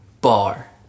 Bar